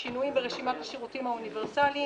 שינוים ברשימת השירותים האוניברסליים,